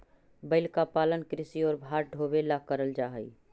बैल का पालन कृषि और भार ढोवे ला करल जा ही